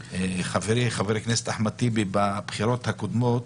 חברי, חבר הכנסת אחמד טיבי, בבחירות הקודמות,